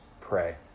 pray